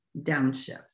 downshifts